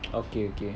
okay okay